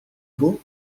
beau